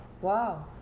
Wow